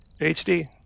HD